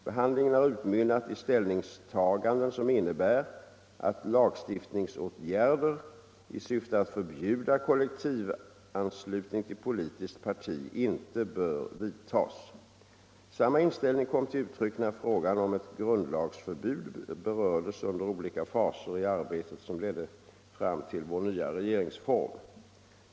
Behandlingen har utmynnat i ställningstaganden som innebär att lagstiftningsåtgärder i syfte att förbjuda kollektivanslutning till politiskt parti inte bör vidtas. Samma inställning kom till uttryck när frågan om ett grundlagsförbud berördes under olika faser i arbetet som ledde fram till vår nya regeringsform.